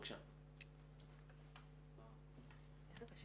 אי אפשר